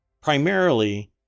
primarily